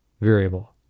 variable